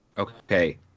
Okay